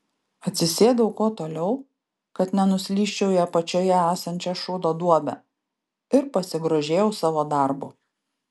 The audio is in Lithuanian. atsisėdau kuo toliau kad nenuslysčiau į apačioje esančią šūdo duobę ir pasigrožėjau savo darbu